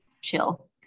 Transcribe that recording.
chill